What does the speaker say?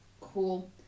Cool